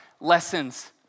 lessons